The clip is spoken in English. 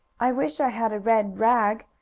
i wish i had a red rag,